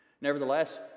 Nevertheless